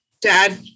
dad